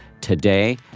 today